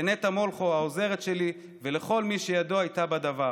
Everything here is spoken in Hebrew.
לנטע מולכו, העוזרת שלי, ולכל מי שידו הייתה בדבר.